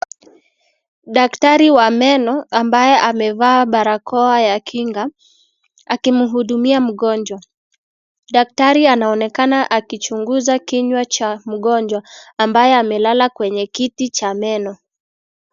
Daktari wa meno ambaye amevaa barakoa ya kinga akimhudumia mgonjwa. Daktari anaonekana akichunguza kinywa cha mgonjwa ambaye amelala kwenye kiti cha meno.